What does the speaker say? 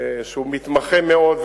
שהוא מתמחה מאוד,